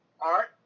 Art